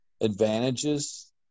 advantages